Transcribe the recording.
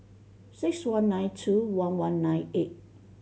six one nine two one one nine eight